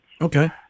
Okay